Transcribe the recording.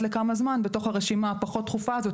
לכמה זמן בתוך הרשימה הפחות דחופה הזאת,